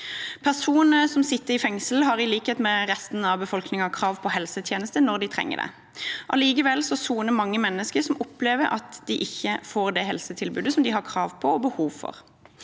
Personer som sitter i fengsel, har i likhet med resten av befolkningen krav på helsetjenester når de trenger det. Allikevel soner mange mennesker som opplever ikke å få det helsetilbudet som de har krav på og behov for.